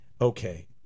okay